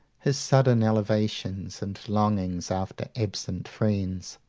his sudden elevations, and longings after absent friends,